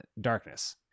darkness